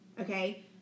Okay